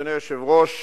אדוני היושב-ראש,